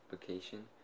vacation